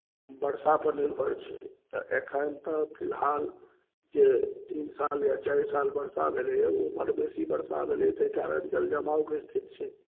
वर्षापर निर्भर छै तऽ एखन तऽ फिलहाल जे तीन साल या चारि साल वर्षा भेलैए ओ बड्ड बेसी वर्षा भेलैए ताहि कारण जलजमावके स्थिति छै